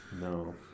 No